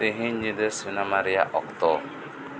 ᱛᱮᱦᱮᱧ ᱧᱤᱫᱟᱹ ᱥᱤᱱᱮᱢᱟ ᱨᱮᱭᱟᱜ ᱚᱠᱛᱚ